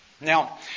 Now